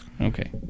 Okay